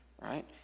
right